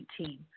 2019